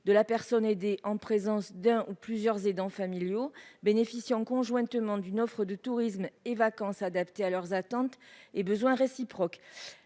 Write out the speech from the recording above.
de la personne aidée en présence d'un ou plusieurs aidants familiaux bénéficiant conjointement d'une offre de tourisme et vacances adaptées à leurs attentes et besoins réciproques,